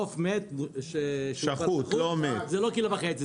עוף שחוט - זה לא קילו וחצי,